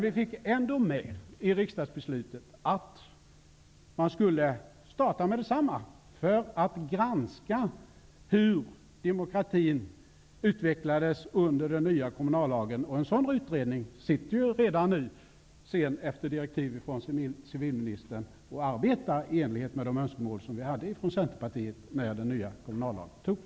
Vi fick ändå med i riksdagsbeslutet att man skulle starta med detsamma att granska hur demokratin utvecklades under den nya kommunallagen. En sådan utredning arbetar redan nu, efter direktiv från civilministern. Den arbetar i enlighet med de önskemål vi hade från Centerpartiet när den nya kommunallagen antogs.